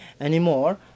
anymore